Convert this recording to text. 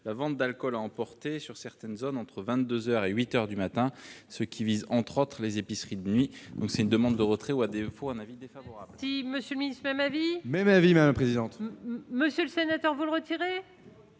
la vente d'alcool à emporter sur certaines zones entre 22 heures et 8 heures du matin, ce qui vise, entre autres, les épiceries de nuit, donc c'est une demande de retrait ou à défaut un avis défavorable. Si Monsieur le Ministre, mais ma vie mais ma avis même présidente, monsieur le sénateur vous le retirer.